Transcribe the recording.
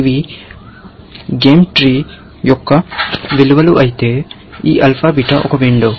ఇది game tree యొక్క విలువలు అయితే ఈ ఆల్ఫా బీటా ఒక విండో